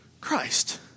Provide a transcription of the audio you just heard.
Christ